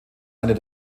einer